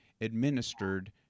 administered